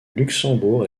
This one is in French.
luxembourg